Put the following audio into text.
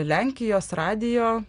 lenkijos radijo